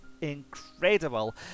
Incredible